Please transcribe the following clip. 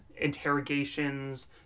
interrogations